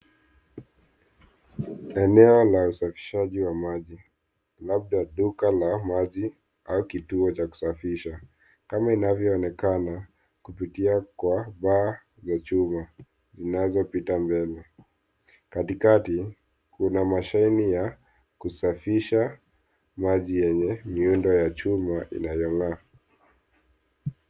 Eneo la usafishaji wa maji labda duka la maji au kituo cha kusafisha. Kama inavyoonekana kupitia kwa paa za chuma zinazopita mbele. Katikati kuna mashine ya kusafisha maji yenye miundo ya chuma inayong'aa.